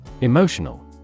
Emotional